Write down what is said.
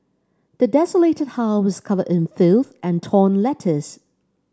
the desolated house was covered in filth and torn letters